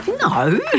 No